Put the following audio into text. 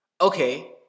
Okay